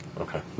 Okay